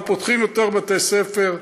אנחנו פותחים יותר בתי ספר.